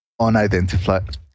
unidentified